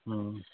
অঁ